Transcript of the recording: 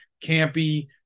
campy